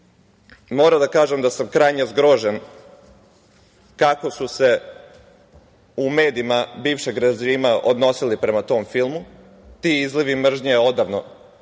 Moram da kažem da sam krajnje zgrožen kako su se u medijima bivšeg režima odnosili prema tom filmu. Ti izlivi mržnje odavno